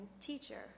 Teacher